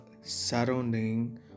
surrounding